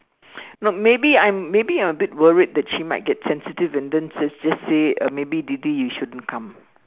no maybe I'm maybe I'm a bit worried that she might get sensitive and then she just say uh maybe didi you shouldn't come